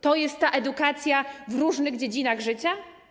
To jest ta edukacja w różnych dziedzinach życia?